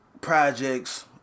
projects